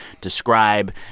describe